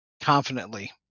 confidently